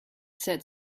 said